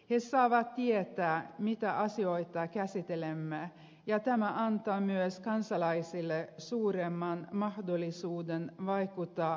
he saavat tietää mitä asioita käsittelemme ja tämä antaa myös kansalaisille suuremman mahdollisuuden vaikuttaa politiikkaan